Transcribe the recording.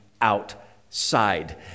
outside